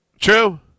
True